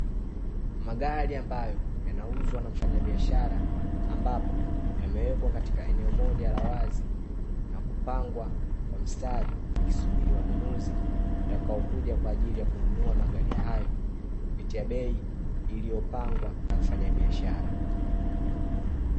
Magari ambayo yanauzwa na mfanyabiashara ambapo yamewekwa katika eneo moja la wazi na kupangwa kwa mstari yakisubiri wanunuzi watakao kuja kwa ajili ya kununua magari hayo kupitia bei iliyopangwa na mfanyabiashara.